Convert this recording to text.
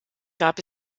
gab